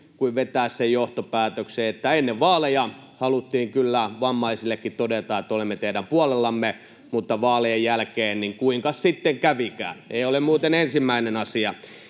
kuin vetää sen johtopäätöksen, että ennen vaaleja haluttiin kyllä vammaisillekin todeta, että olemme teidän puolellanne, mutta vaalien jälkeen, kuinkas sitten kävikään. Ei ole muuten ensimmäinen asia.